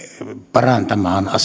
parantamaan